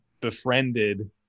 befriended